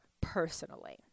personally